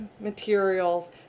materials